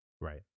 right